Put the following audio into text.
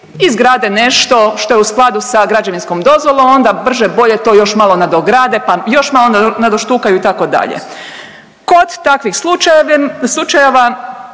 izgrade nešto što je u skladu sa građevinskom dozvolom, a onda brže bolje to još nadograde, pa još malo nadoštukaju itd.. Kod takvih slučajeva